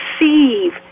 receive